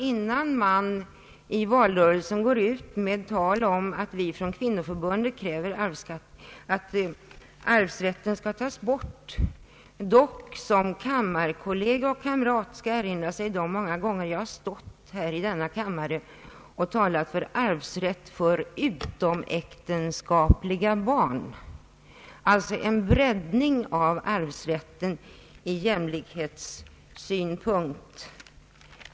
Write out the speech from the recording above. Innan man i valrörelsen går ut med ett tal om att vi från kvinnoförbundet kräver att arvsrätten skall tas bort borde man dock såsom kammarkollega och kamrat erinra sig de många gånger som jag har stått här i denna talarstol och talat för arvsrätt åt utomäktenskapliga barn, alltså en breddning av arvsrätten i jämlikhetens intresse.